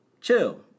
chill